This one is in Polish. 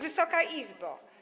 Wysoka Izbo!